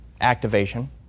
activation